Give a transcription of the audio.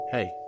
Hey